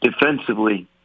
defensively